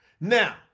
Now